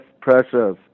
pressures